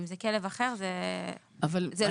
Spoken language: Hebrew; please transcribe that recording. אם זה כלב אחר זה לא פה.